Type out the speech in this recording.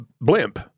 blimp